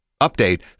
Update